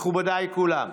מכובדיי כולם,